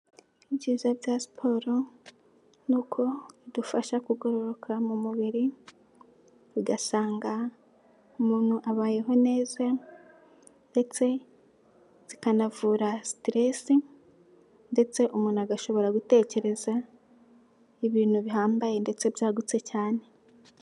Ibyiza bya siporo ni uko idufasha kugororoka mu mubiri, ugasanga umuntu abayeho neza ndetse zikanavura sitiresi ndetse umuntu agashobora gutekereza ibintu bihambaye ndetse byagutse cyane.